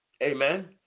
Amen